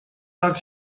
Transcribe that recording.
так